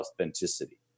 authenticity